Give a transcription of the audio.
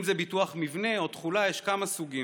אם זה ביטוח מבנה או תכולה, יש כמה סוגים,